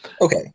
Okay